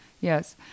Yes